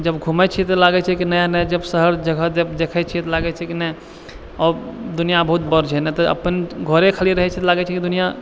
जब घूमै छियै तऽ लागै छै नया नया जब शहर जगह देखै छियै तऽ लागै छै कि नहि अब दुनिआँ बहुत बर छै नहि तऽ अपन घरे खाली रहै छै दुनिआँ